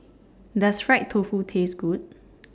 Does Fried Tofu Taste Good